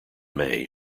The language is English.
may